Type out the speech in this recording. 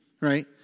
right